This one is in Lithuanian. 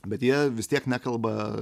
bet jie vis tiek nekalba